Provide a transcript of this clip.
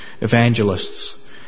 evangelists